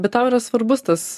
bet tau yra svarbus tas